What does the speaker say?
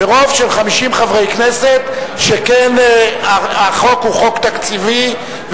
שכן החוק הוא חוק תקציבי,